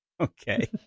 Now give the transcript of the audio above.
Okay